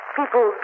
people